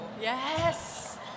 Yes